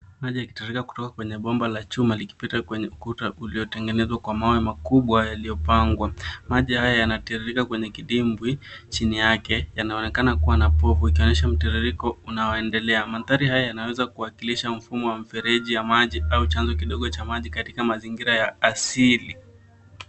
Maji yakitiririka kutoka kwenye bomba la chuma likipita kwenye ukuta uliotengenezwa kwa mawe makubwa yaliyopangwa maji haya yanatiririka kwenye kidimbwi chini yake yanaonekana kuwa na povu ikionyesha mtiririko unaoendelea mandhari haya yanaweza kuwakilisha mfumo wa mfereji ya maji au chanzo kidogo cha maji katika mazingira ya asili